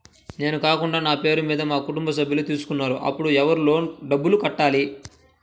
నేను కాకుండా నా పేరు మీద మా కుటుంబ సభ్యులు తీసుకున్నారు అప్పుడు ఎవరు లోన్ డబ్బులు కట్టాలి?